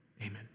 Amen